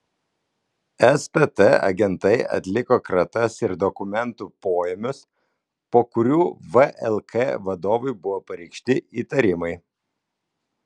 stt agentai atliko kratas ir dokumentų poėmius po kurių vlk vadovui buvo pareikšti įtarimai